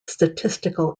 statistical